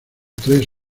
tres